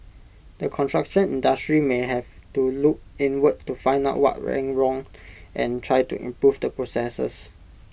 the construction industry may have to look inward to find out what went wrong and try to improve the processes